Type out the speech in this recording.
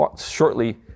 shortly